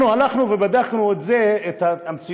אנחנו הלכנו ובדקנו את המציאות,